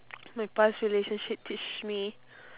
my past relationship teach me